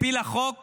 הפילה חוק